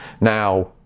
now